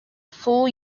full